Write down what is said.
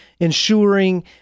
ensuring